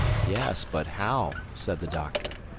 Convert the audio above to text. yes, but how? said the doctor.